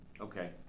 Okay